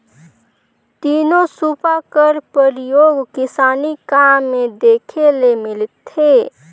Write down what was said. तीनो सूपा कर परियोग किसानी काम मे देखे ले मिलथे